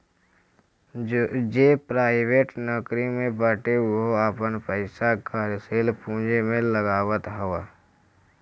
जे प्राइवेट नोकरी में बाटे उहो आपन पईसा कार्यशील पूंजी में लगावत हअ